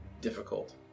difficult